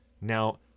now